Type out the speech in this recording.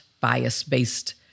bias-based